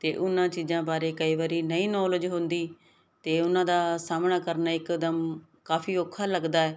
ਤੇ ਉਹਨਾਂ ਚੀਜ਼ਾਂ ਬਾਰੇ ਕਈ ਵਾਰੀ ਨਹੀਂ ਨੌਲੇਜ ਹੁੰਦੀ ਤੇ ਉਹਨਾਂ ਦਾ ਸਾਹਮਣਾ ਕਰਨਾ ਇੱਕਦਮ ਕਾਫੀ ਔਖਾ ਲੱਗਦਾ